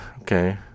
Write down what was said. Okay